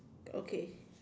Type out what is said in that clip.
okay